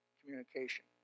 communication